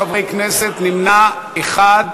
בעד החוק, 38, נגד, 12 חברי כנסת, נמנע אחד.